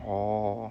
oh